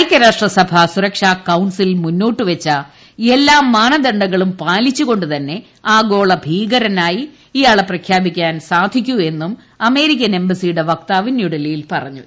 ഐകൃരാഷ്ട്ര സഭ സുരക്ഷാ കൌൺസിൽ മുന്നോട്ട് വച്ച എല്ലാ മാനദണ്ഡങ്ങളും പാലിച്ച്കൊണ്ടു തന്നെ ആഗോള ഭീകരനായി ഇയാളെ പ്രഖ്യാപിക്കാൻ സാധിക്കൂവെന്നും അമേരിക്കൻ എംബസിയുടെ വക്താവ് ന്യൂഡൽഹിയിൽ പറഞ്ഞു